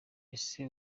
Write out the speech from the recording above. ese